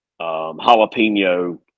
jalapeno